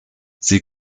sie